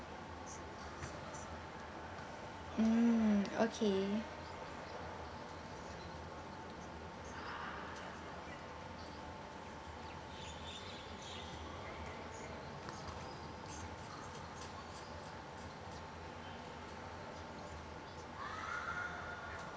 mm okay